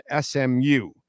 SMU